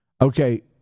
Okay